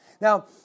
Now